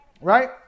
right